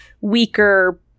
weaker